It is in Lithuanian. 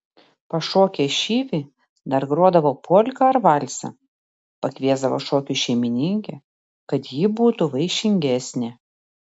pašokę šyvį dar grodavo polką ar valsą pakviesdavo šokiui šeimininkę kad ji būtų vaišingesnė